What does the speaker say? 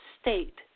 state